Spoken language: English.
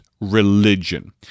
religion